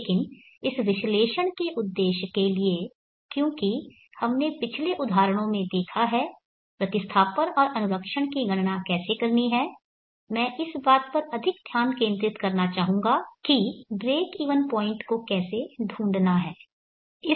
लेकिन इस विश्लेषण के उद्देश्य के लिए क्योंकि हमने पिछले उदाहरणों में देखा है प्रतिस्थापन और अनुरक्षण की गणना कैसे करनी है मैं इस बात पर अधिक ध्यान केंद्रित करना चाहूंगा कि ब्रेकइवन पॉइंट को कैसे ढूंढना है